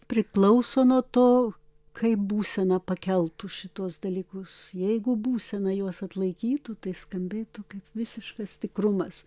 priklauso nuo to kaip būsena pakeltų šituos dalykus jeigu būsena juos atlaikytų tai skambėtų kaip visiškas tikrumas